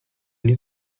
nie